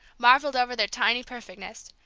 marvelled over their tiny perfectness,